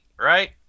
right